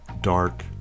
dark